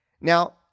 Now